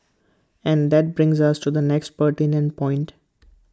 and that brings us to the next pertinent point